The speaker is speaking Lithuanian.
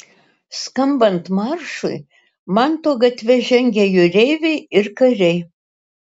skambant maršui manto gatve žengė jūreiviai ir kariai